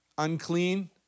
Unclean